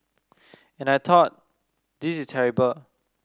and I thought this is terrible